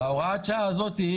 והוראת השעה הזאת,